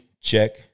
Check